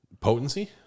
potency